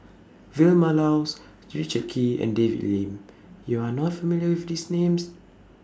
Vilma Laus Richard Kee and David Lim YOU Are not familiar with These Names